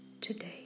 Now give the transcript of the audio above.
today